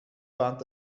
fand